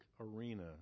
arena